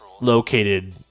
located